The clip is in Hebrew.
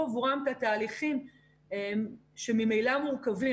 עבורם את התהליכים שממילא הם מורכבים,